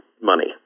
money